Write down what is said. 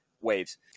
waves